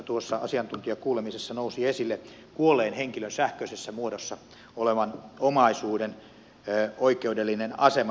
tuossa asiantuntijakuulemisessa nousi esille kuolleen henkilön sähköisessä muodossa olevan omaisuuden oikeudellinen asema